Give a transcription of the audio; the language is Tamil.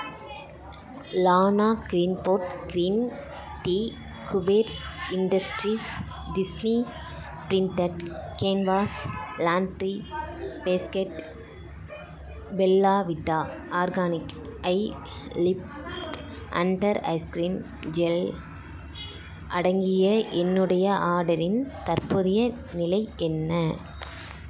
Lana Greenport green tea Kuber industries Disney printed canvas laundry basket Bella Vita organic eye lift under eyes cream gel அடங்கிய என்னுடைய ஆடரின் தற்போதைய நிலை என்ன